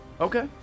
Okay